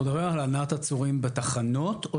אנחנו מדברים על הלנת עצורים בתחנות או